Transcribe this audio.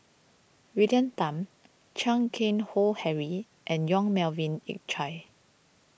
William Tan Chan Keng Howe Harry and Yong Melvin Yik Chye